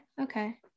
Okay